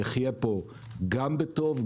נחיה פה גם בטוב,